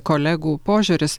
kolegų požiūris